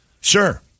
Sure